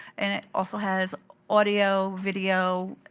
and it also has audio, video,